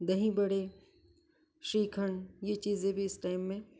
दही बड़े श्रीखंड यह चीज़ें भी इस टाइम में